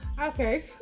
Okay